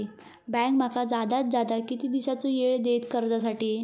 Bank माका जादात जादा किती दिवसाचो येळ देयीत कर्जासाठी?